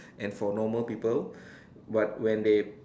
and for normal people but when they